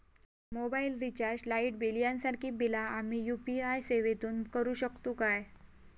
Mobile recharge, light bill यांसारखी बिला आम्ही यू.पी.आय सेवेतून करू शकतू काय?